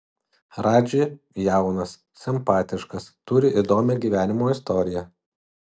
radži jaunas simpatiškas turi įdomią gyvenimo istoriją